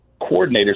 coordinators